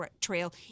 trail